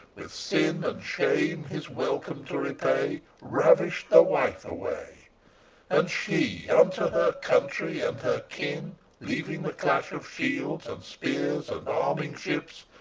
with sin and shame his welcome to repay, ravished the wife away and she, unto her country and her kin leaving the clash of shields and spears and arming ships,